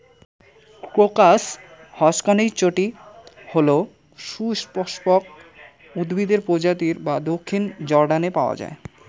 crocus হসকনেইচটি হল সপুষ্পক উদ্ভিদের প্রজাতি যা দক্ষিণ জর্ডানে পাওয়া য়ায়